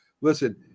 Listen